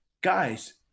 guys